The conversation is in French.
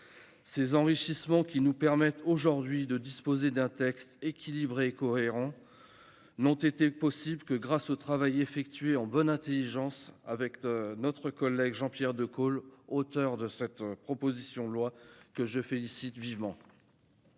Ces enrichissements, qui nous permettent aujourd'hui de disposer d'un texte équilibré et cohérent, n'ont été possibles que grâce au travail effectué en bonne intelligence avec notre collègue Jean-Pierre Decool, auteur de la proposition de loi, que je félicite vivement.